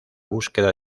búsqueda